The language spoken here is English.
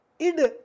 Id